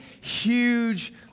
huge